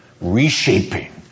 reshaping